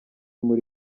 muri